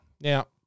Now